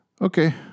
Okay